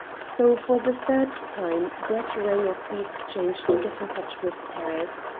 so, for the third time, brett rang up the exchange to get in touch with paris.